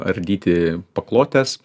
ardyti paklotes